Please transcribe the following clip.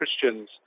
Christians